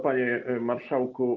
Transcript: Panie Marszałku!